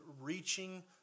reaching